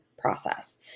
process